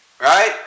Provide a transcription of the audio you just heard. Right